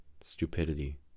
stupidity